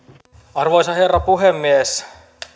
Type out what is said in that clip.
arvoisa herra puhemies